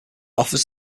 offers